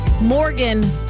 Morgan